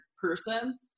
person